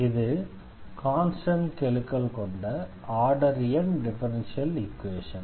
இது கான்ஸ்டண்ட் கெழுக்கள் கொண்ட ஆர்டர் n டிஃபரன்ஷியல் ஈக்வேஷன்